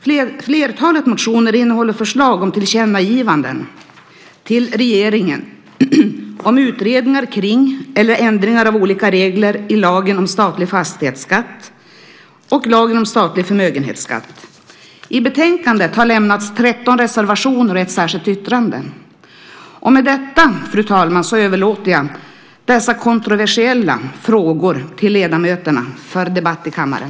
Flertalet motioner innehåller förslag om tillkännagivanden till regeringen om utredningar om eller ändringar av olika regler i lagen om statlig fastighetsskatt och lagen om statlig förmögenhetsskatt. Till betänkandet har lämnats 13 reservationer och ett särskilt yttrande. Med detta, fru talman, överlåter jag dessa kontroversiella frågor till ledamöterna för debatt i kammaren.